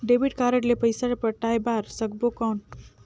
Debit card ले पइसा पटाय बार सकबो कौन?